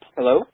Hello